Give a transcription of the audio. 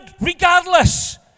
regardless